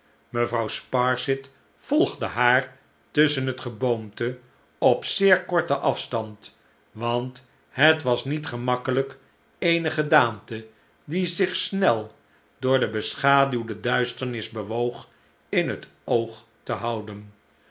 mevrouw sparsit volgde haar tusschen het geboomte op zeer korten afstand want het was niet gemakkelijk eene gedaante die zich snel door de beschaduwde duisternis bewoog in het oog te houden